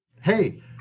Hey